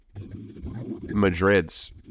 Madrid's